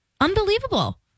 Unbelievable